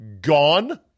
gone